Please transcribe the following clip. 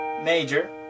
major